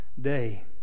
day